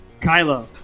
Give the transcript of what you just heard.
Kylo